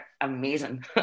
amazing